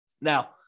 Now